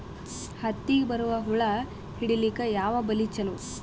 ಹತ್ತಿಗ ಬರುವ ಹುಳ ಹಿಡೀಲಿಕ ಯಾವ ಬಲಿ ಚಲೋ?